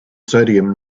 sodium